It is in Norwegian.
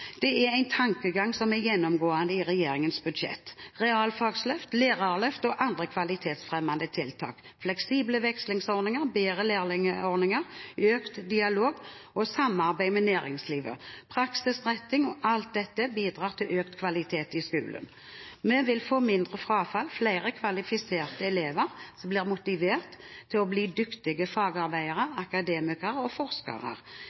det er en tankegang som er gjennomgående i regjeringens budsjett: Realfagsløft, lærerløft og andre kvalitetsfremmende tiltak, fleksible vekslingsordninger, bedre lærlingordninger, økt dialog og samarbeid med næringslivet og praksisretting – alt dette bidrar til økt kvalitet i skolen. Vi vil få mindre frafall, flere kvalifiserte elever som blir motivert til å bli dyktige fagarbeidere, akademikere og forskere.